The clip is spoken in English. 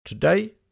today